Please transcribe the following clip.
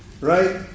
Right